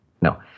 no